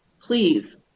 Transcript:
please